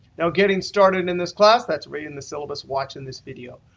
now getting started in this class, that's reading the syllabus, watching this video.